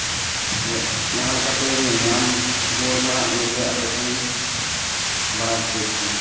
ᱡᱟᱦᱟᱸ ᱞᱮᱠᱟᱛᱮ ᱤᱧ ᱧᱟᱢ ᱨᱩᱣᱟᱹᱲᱢᱟ ᱤᱱᱟᱹᱜᱮ ᱟᱯᱮ ᱴᱷᱮᱱᱤᱧ ᱵᱟᱲᱟᱭ ᱦᱚᱪᱚᱭᱮᱜ ᱯᱮᱭᱟ